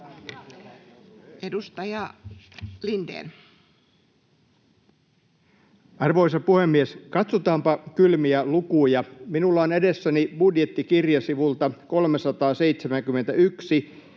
10:50 Content: Arvoisa puhemies! Katsotaanpa kylmiä lukuja: Minulla on edessäni budjettikirja sivulta 371.